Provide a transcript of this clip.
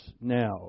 now